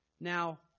Now